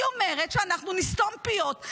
היא אומרת שאנחנו נסתום פיות.